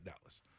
Dallas